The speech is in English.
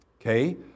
Okay